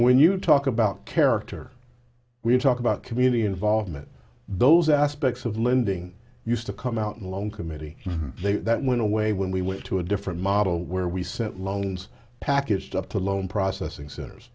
when you talk about character we talk about community involvement those aspects of lending used to come out loan committee that went away when we went to a different model where we sent loans packaged up to loan processing centers